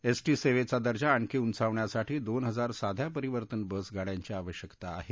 ST सेवेचा दर्जा आणखी उंचावण्यासाठी दोन हजार साध्या परिवर्तन बस गाड्यांची आवश्यकता आहे